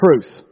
truth